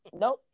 Nope